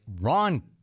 Ron